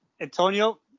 Antonio